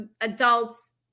adults